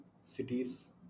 cities